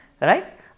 Right